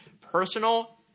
personal